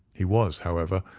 he was, however,